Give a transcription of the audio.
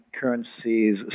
currencies